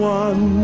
one